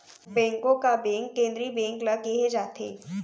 बेंको का बेंक केंद्रीय बेंक ल केहे जाथे